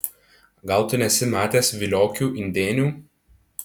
gal tu nesi matęs viliokių indėnių